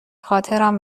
خاطرم